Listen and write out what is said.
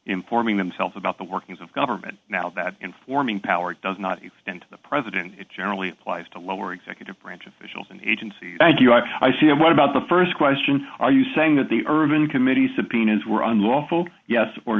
informing themselves about the workings of government now that informing power does not extend to the president it generally applies to lower executive branch officials and agency thank you i see and what about the st question are you saying that the urban committee subpoenas